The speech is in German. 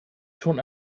schon